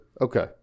Okay